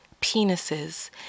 penises